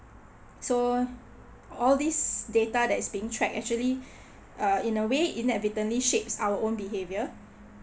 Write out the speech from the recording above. so all this data that is being tracked actually uh in a way inevitably shapes our own behaviour